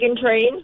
Train